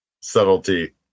subtlety